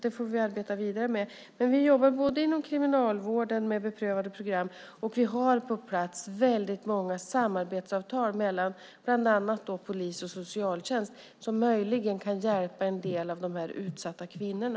Det får vi arbeta vidare med. Vi jobbar inom kriminalvården med beprövade program, och vi har väldigt många samarbetsavtal på plats mellan bland annat polis och socialtjänst som möjligen kan hjälpa en del av de här utsatta kvinnorna.